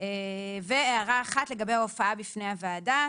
לגבי ההופעה בפני הוועדה,